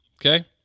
Okay